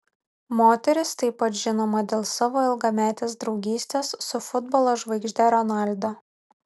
moteris taip pat žinoma dėl savo ilgametės draugystės su futbolo žvaigžde ronaldo